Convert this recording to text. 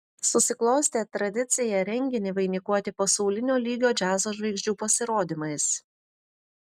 susiklostė tradicija renginį vainikuoti pasaulinio lygio džiazo žvaigždžių pasirodymais